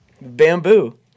bamboo